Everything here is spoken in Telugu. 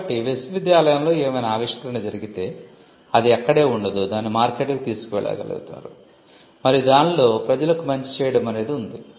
కాబట్టి విశ్వవిద్యాలయంలో ఏమైనా ఆవిష్కరణ జరిగితే అది అక్కడే ఉండదు దానిని మార్కెట్కు తీసుకువెళతారు మరియు దానిలో ప్రజలకు మంచి చేయడమనేది ఉంది